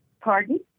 Pardon